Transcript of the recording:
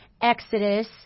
Exodus